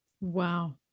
Wow